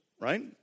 right